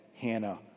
Hannah